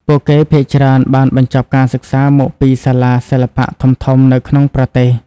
ពួកគេភាគច្រើនបានបញ្ចប់ការសិក្សាមកពីសាលាសិល្បៈធំៗនៅក្នុងប្រទេស។